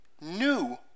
new